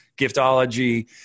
giftology